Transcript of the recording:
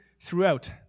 throughout